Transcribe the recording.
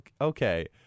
Okay